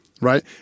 right